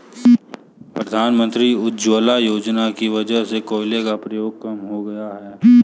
प्रधानमंत्री उज्ज्वला योजना की वजह से कोयले का प्रयोग कम हो गया है